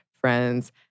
friends